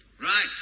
Right